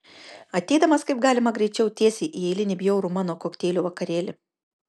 ateidamas kaip galima greičiau tiesiai į eilinį bjaurų mano kokteilių vakarėlį